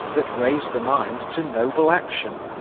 that raise the mind to noble action.